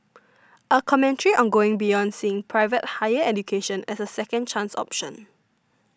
a commentary on going beyond seeing private higher education as a second chance option